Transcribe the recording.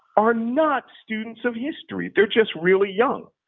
are not students of history. they're just really young.